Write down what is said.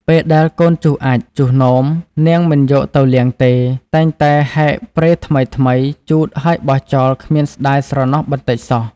ពេលដែលកូនជុះអាចម៍ ជុះនោម នាងមិនយកទៅលាងទេ តែងតែហែកព្រែថ្មីៗជូតហើយបោះចោលគ្មានស្តាយស្រណោះបន្តិចសោះ។